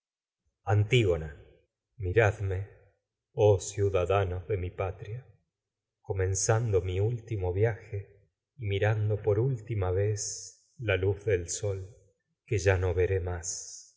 antígona miradme oh ciudadanos de mi patria comenzando la mi último viaje y mirando por última vez luz del sol que ya no veré más